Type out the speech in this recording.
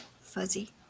fuzzy